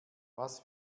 was